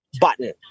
button